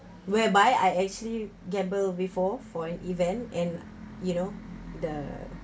whereby I actually gamble before for an event and you know the